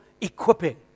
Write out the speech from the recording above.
equipping